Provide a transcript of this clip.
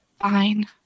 Fine